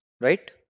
Right